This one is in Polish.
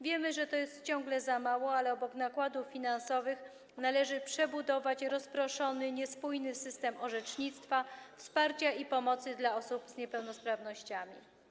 Wiemy, że to jest ciągle za mało, ale obok nakładów finansowych należy przebudować rozproszony, niespójny system orzecznictwa, wsparcia i pomocy dla osób z niepełnosprawnościami.